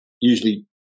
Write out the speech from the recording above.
usually